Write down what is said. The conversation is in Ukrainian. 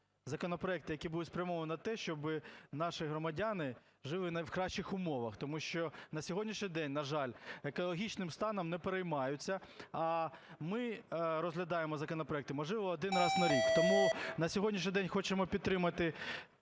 законопроекти, які будуть спрямовані на те, щоби наші громадяни жили в кращих умовах. Тому що на сьогоднішній день, на жаль, екологічним станом не переймаються, а ми розглядаємо законопроекти, можливо, один раз на рік. Тому на сьогоднішній день хочемо підтримати